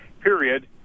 period